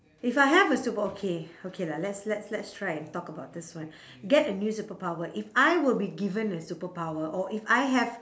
if I have a super~ okay okay lah let's let's let's try and talk about this one get a new superpower if I will be given a superpower or if I have